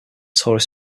tourist